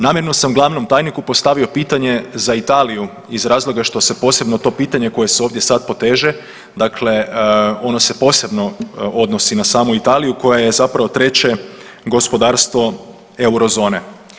Namjerno sam glavnom tajniku postavio pitanje za Italiju iz razloga što se posebno to pitanje koje se ovdje sad poteže, dakle ono se posebno odnosi na samu Italiju koja je zapravo treće gospodarstvo eurozone.